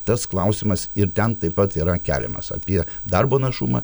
tas klausimas ir ten taip pat yra keliamas apie darbo našumą